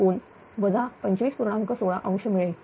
16° मिळेल